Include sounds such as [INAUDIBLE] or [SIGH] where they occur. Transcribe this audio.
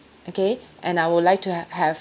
okay [BREATH] and I would like to ha~ have